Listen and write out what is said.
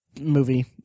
movie